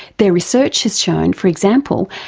their research has shown, for example,